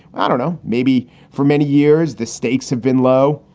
i don't know. maybe for many years the stakes have been low.